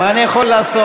מה אני יכול לעשות?